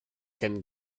kennen